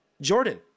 Jordan